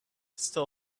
still